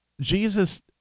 Jesus